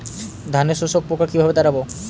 ধানে শোষক পোকা কিভাবে তাড়াব?